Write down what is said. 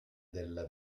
della